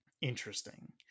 interesting